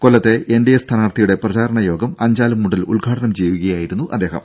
കൊല്ലത്തെ എൻഡിഎ സ്ഥാനാർത്ഥിയുടെ പ്രചാരണ യോഗം അഞ്ചാലുംമൂട്ടിൽ ഉദ്ഘാടനം ചെയ്യുകയായിരുന്നു അദ്ദേഹം